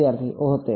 વિદ્યાર્થી ઓહ તે